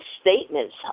statements